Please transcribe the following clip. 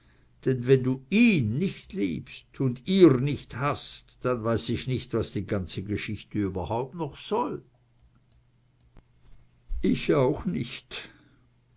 denn wenn du ihn nicht liebst und ihr nich haßt denn weiß ich nich was die ganze geschichte überhaupt noch soll ich auch nicht